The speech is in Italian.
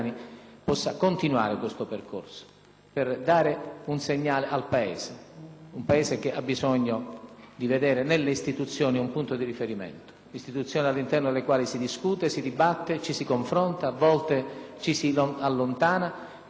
Un Paese che ha bisogno di vedere nelle istituzioni un punto di riferimento; istituzioni all'interno delle quali si discute, si dibatte, ci si confronta, a volte ci si allontana, ma non dimenticando mai di tenere alto il principio del rispetto degli alti valori